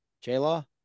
J-Law